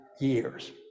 years